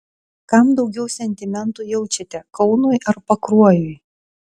kam daugiau sentimentų jaučiate kaunui ar pakruojui